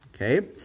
Okay